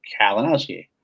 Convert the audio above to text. Kalinowski